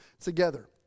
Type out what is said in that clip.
together